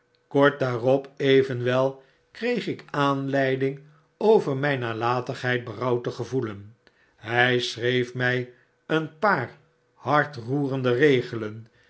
kort daarop evenwel kreeg ik aanleiding over mijn nalatigbeid berouw te gevoelen htj schreef mij fcen paar hartroerende regelen